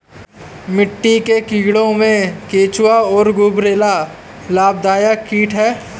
मिट्टी के कीड़ों में केंचुआ और गुबरैला लाभदायक कीट हैं